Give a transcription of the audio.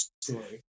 story